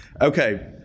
Okay